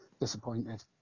disappointed